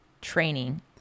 training